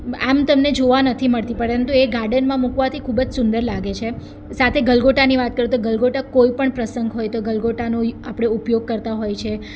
આમ તમને જોવા નથી મળતી પરંતુ એ ગાર્ડનમાં મુકવાથી ખૂબ જ સુંદર લાગે છે સાથે ગલગોટાની વાત કરું તો ગલગોટો તો કોઈ પણ પ્રસંગ હોય ગલગોટોનો આપણે ઉપયોગ કરતા હોઈએ છે